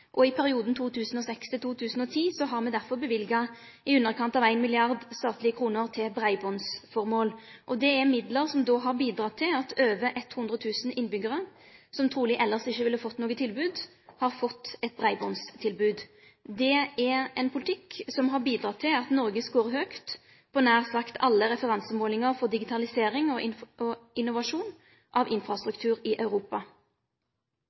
og i perioden 2006–2010 har staten derfor løyvd i underkant av 1 mrd. kr til breibandsformål. Det er midlar som har bidratt til at over 100 000 innbyggarar, som truleg elles ikkje ville fått noko tilbod, har fått eit breibandstilbod. Det er ein politikk som har bidratt til at Noreg scorar høgt på nær sagt alle referansemålingar for digitalisering og innovasjon av infrastruktur i Europa.